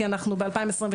כי אנחנו ב-2022,